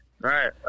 right